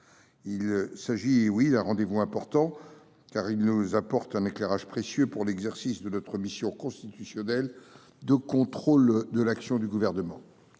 Il s’agit d’un rendez vous important, car il nous apporte un éclairage précieux pour l’exercice de notre mission constitutionnelle de contrôle de l’action du Gouvernement.